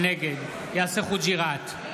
נגד יאסר חוג'יראת,